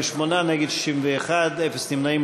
ההסתייגות, 48, נגד, 61, אפס נמנעים.